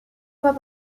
fois